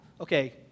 okay